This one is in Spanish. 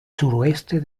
suroeste